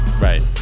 Right